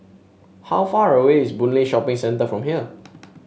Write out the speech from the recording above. how far away is Boon Lay Shopping Centre from here